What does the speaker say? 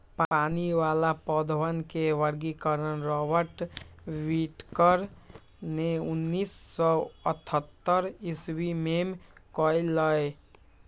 पानी वाला पौधवन के वर्गीकरण रॉबर्ट विटकर ने उन्नीस सौ अथतर ईसवी में कइलय